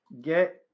get